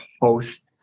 host